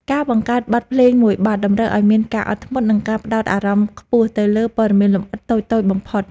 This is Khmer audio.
ការបង្កើតបទភ្លេងមួយបទតម្រូវឱ្យមានការអត់ធ្មត់ និង ការផ្ដោតអារម្មណ៍ខ្ពស់ទៅលើព័ត៌មានលម្អិតតូចៗបំផុត។